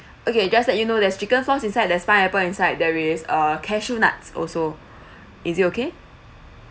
okay just let you know there's chicken sauce inside there's pineapple inside there is uh cashew nuts also is it okay